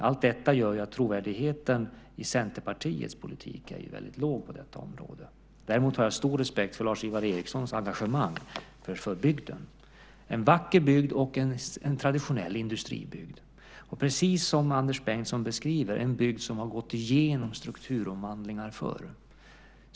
Allt detta gör att trovärdigheten i Centerpartiets politik är väldigt låg på detta område. Däremot har jag stor respekt för Lars-Ivar Ericsons engagemang för bygden. Det är en vacker bygd och en traditionell industribygd. Det är, precis som Anders Bengtsson beskriver, en bygd som har gått igenom strukturomvandlingar förr.